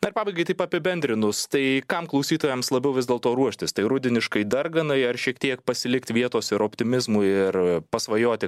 na ir pabaigai taip apibendrinus tai kam klausytojams labiau vis dėlto ruoštis tai rudeniškai darganai ar šiek tiek pasilikt vietos ir optimizmui ir pasvajoti